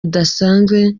budasanzwe